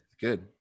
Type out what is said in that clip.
good